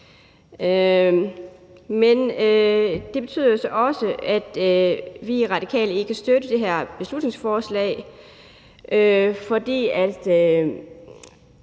Men det betyder så også, at vi i Radikale ikke kan støtte det her beslutningsforslag, fordi